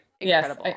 Yes